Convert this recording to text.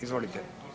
Izvolite.